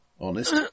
honest